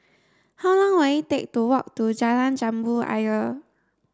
how long will it take to walk to Jalan Jambu Ayer